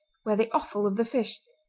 where the offal of the fish,